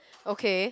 okay